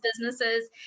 businesses